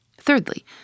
Thirdly